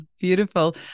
beautiful